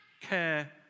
Care